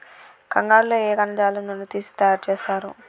కంగారు లో ఏ కణజాలం నుండి తీసి తయారు చేస్తారు?